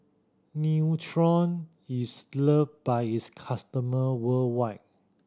Nutren is loved by its customer worldwide